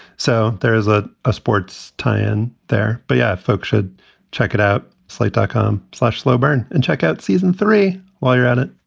so there is a a sports tie in there. but yeah, folks should check it out. slate dot com slash slow burn and check out season three while you're at it.